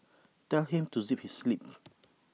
tell him to zip his lip